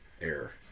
Air